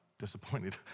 disappointed